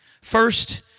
First